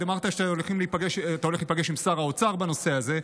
אמרת שאתה הולך להיפגש עם שר האוצר בנושא הזה.